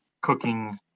Cooking